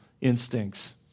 instincts